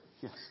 Yes